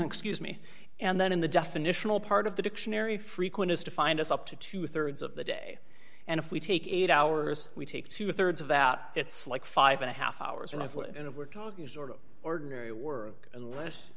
excuse me and then in the definitional part of the dictionary frequent is defined as up to two thirds of the day and if we take eight hours we take two thirds of that it's like five and a half hours and i put in of we're talking sort of ordinary work unless